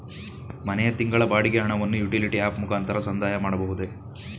ಮನೆಯ ತಿಂಗಳ ಬಾಡಿಗೆ ಹಣವನ್ನು ಯುಟಿಲಿಟಿ ಆಪ್ ಮುಖಾಂತರ ಸಂದಾಯ ಮಾಡಬಹುದೇ?